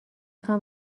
خوام